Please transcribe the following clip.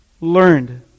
learned